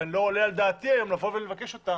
ולא עולה על דעתי היום לבקש אותה